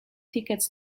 tickets